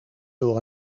door